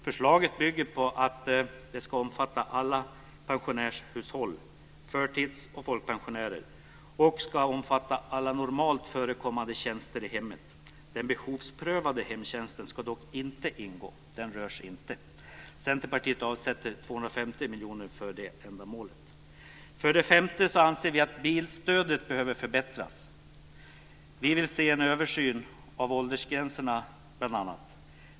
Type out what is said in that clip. Förslaget ska omfatta alla hushåll med förtids och folkpensionärer och alla normalt förekommande tjänster i hemmet. Den behovsprövade hemtjänsten ska dock inte ingå. Den berörs inte. Centerpartiet avsätter 250 miljoner kronor för det här ändamålet. 5. Vi anser att bilstödet behöver förbättras. Vi vill bl.a. att det görs en översyn av åldersgränserna.